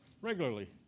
regularly